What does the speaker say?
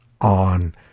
on